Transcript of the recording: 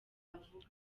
avuga